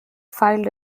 filed